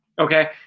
Okay